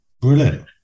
Brilliant